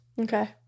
Okay